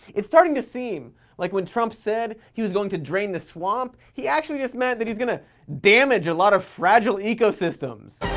it's starting to seem like when trump said he was going to drain the swamp, he actually just meant that he's gonna damage a lot of fragile ecosystems.